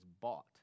bought